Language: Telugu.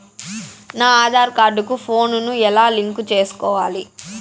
నా ఆధార్ కార్డు కు ఫోను ను ఎలా లింకు సేసుకోవాలి?